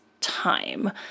time